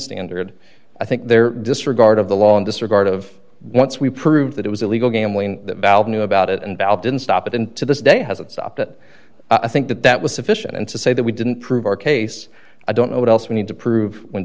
standard i think there disregard of the law in disregard of once we prove that it was illegal gambling that valve knew about it and al didn't stop it and to this day hasn't stopped it i think that that was sufficient to say that we didn't prove our case i don't know what else we need to prove when